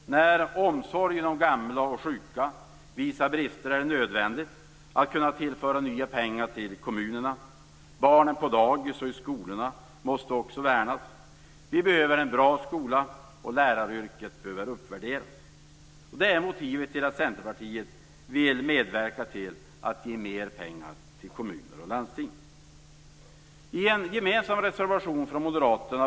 När omsorgen om gamla och sjuka visar brister är det nödvändigt att kunna tillföra nya pengar till kommunerna. Barnen på dagis och i skolorna måste också värnas. Vi behöver en bra skola, och läraryrket behöver uppvärderas. Det är motivet till att Centerpartiet vill medverka till att ge mer pengar till kommuner och landsting.